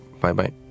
Bye-bye